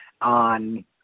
on